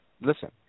Listen